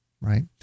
right